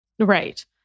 Right